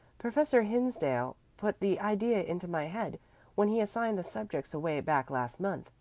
professor hinsdale put the idea into my head when he assigned the subjects away back last month.